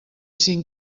cinc